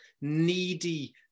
needy